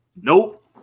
Nope